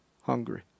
hungry